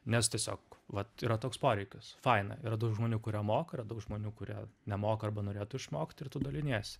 nes tiesiog vat yra toks poreikis faina yra daug žmonių kurie moka yra daug žmonių kurie nemoka arba norėtų išmokt ir tu daliniesi